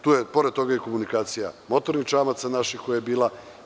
Tu je, pored toga, i komunikacija motornih čamaca naših koja je bila.